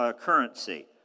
currency